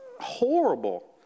horrible